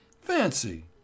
Fancy